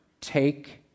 take